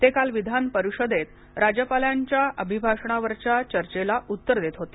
ते काल विधानपरिषदेत राज्यपालांच्या अभिभाषणावरच्या चर्चेला उत्तर देत होते